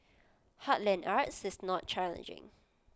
heartland arts is not challenging